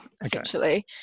essentially